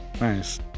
nice